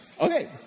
Okay